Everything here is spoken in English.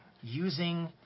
using